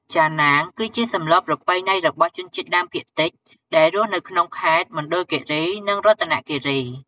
ចាណាងគឺជាសម្លប្រពៃណីរបស់ជនជាតិដើមភាគតិច ដែលរស់នៅក្នុងខេត្តមណ្ឌគិរីនិងរតនគិរី។